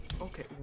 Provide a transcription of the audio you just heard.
Okay